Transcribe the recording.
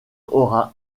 aura